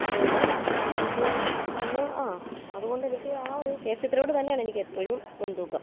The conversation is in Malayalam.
അതുകൊണ്ട് എനിക്ക് ഒന്ന് അതുകൊണ്ട് എനിക്ക് ആ കെ എസ് ചിത്രയോട് തന്നെയാണ് എനിക്ക് എപ്പോഴും മുൻതൂക്കം